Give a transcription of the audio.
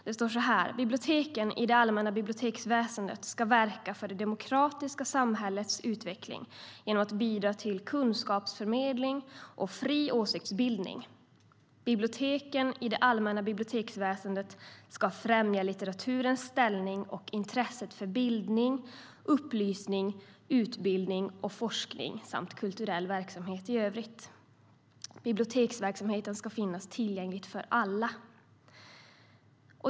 Där står följande: "Biblioteken i det allmänna biblioteksväsendet ska verka för det demokratiska samhällets utveckling genom att bidra till kunskapsförmedling och fri åsiktsbildning. Biblioteken i det allmänna biblioteksväsendet ska främja litteraturens ställning och intresset för bildning, upplysning, utbildning och forskning samt kulturell verksamhet i övrigt. Biblioteksverksamhet ska finnas tillgänglig för alla."